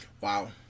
Wow